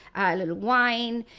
ah little wine.